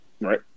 right